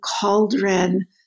cauldron